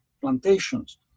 plantations